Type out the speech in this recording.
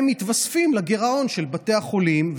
הם מתווספים לגירעון של בתי החולים,